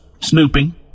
snooping